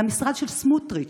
למשרד של סמוטריץ',